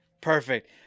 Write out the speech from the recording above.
Perfect